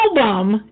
album